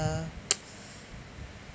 uh